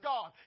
God